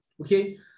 Okay